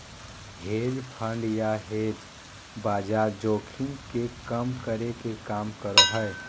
hedge fund या hedge बाजार जोखिम के कम करे के काम करो हय